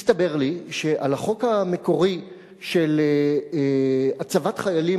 הסתבר לי שעל החוק המקורי של הצבת חיילים